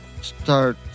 start